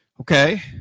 okay